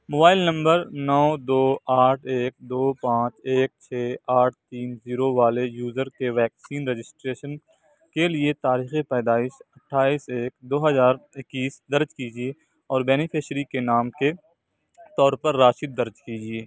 mobile number نو دو آٹھ ایک دو پانچ ایک چھ آٹھ تین زیرو والے یوزر کے ویکسین رجسٹریشن کے لیے تاریخ پیدائش اٹھائیس ایک دو ہزار اکیس درج کیجیے اور بینیفشیری کے نام کے طور پر راشد درج کیجیے